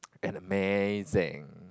an amazing